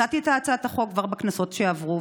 הצעתי את הצעת החוק כבר בכנסות שעברו,